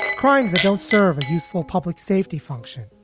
crimes that don't serve a useful public safety function.